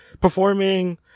performing